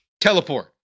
teleport